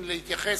להתייחס.